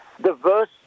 diverse